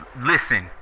Listen